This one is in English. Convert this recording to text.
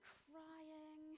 crying